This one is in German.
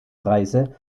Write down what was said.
preise